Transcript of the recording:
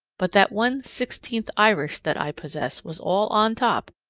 but that one sixteenth irish that i possess was all on top,